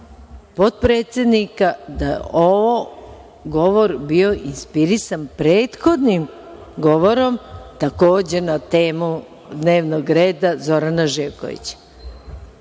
potpredsednika, da je ovaj govor bio inspirisan prethodnim govorom, takođe na temu dnevnog reda Zorana Živkovića